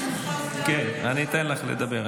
אני אתן לך לדבר,